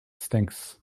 stinks